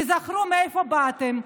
תיזכרו מאיפה באתם,